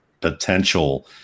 potential